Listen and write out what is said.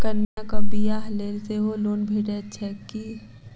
कन्याक बियाह लेल सेहो लोन भेटैत छैक की?